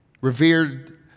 revered